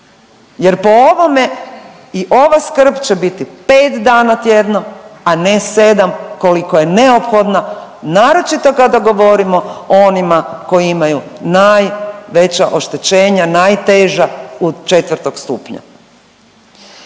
Jer po ovome i ova skrb će biti pet dana tjedno, a ne 7 koliko je neophodna naročito kada govorimo o onima koji imaju najveća oštećenja 4 stupnja.